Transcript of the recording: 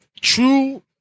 True